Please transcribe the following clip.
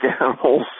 animals